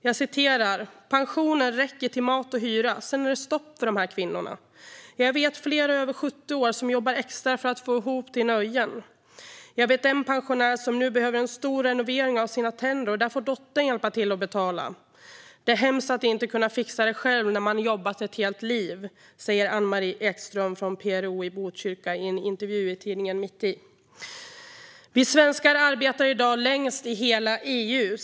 Jag citerar: "Pensionen räcker till mat och hyra, sedan är det stopp för de här kvinnorna. Jag vet flera över 70 år som jobbar extra för att få ihop till nöjen. Jag har en pensionär nu som behöver en stor renovering av sina tänder och där dottern får hjälpa till att betala. Det är hemskt att inte fixa det själv när man jobbat ett helt liv." Detta säger Ann-Christin Ekström från PRO i Botkyrka i en intervju i tidningen Mitt i. Vi svenskar arbetar i dag längst i hela EU.